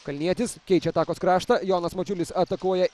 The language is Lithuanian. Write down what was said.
kalnietis keičia atakos kraštą jonas mačiulis atakuoja